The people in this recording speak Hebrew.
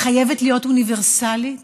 היא חייבת להיות אוניברסלית,